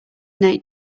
nate